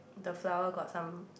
the flower got some